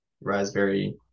raspberry